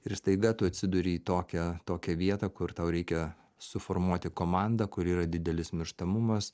ir staiga tu atsiduri į tokią tokią vietą kur tau reikia suformuoti komandą kur yra didelis mirštamumas